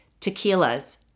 tequilas